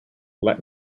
let